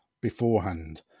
beforehand